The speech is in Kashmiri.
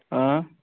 اۭں